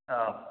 অঁ